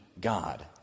God